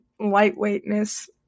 lightweightness